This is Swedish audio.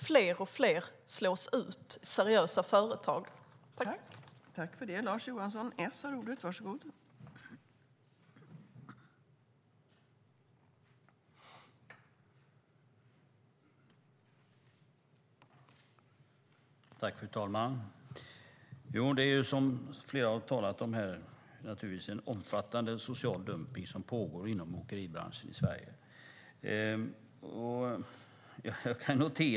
Fler och fler seriösa företag slås ut.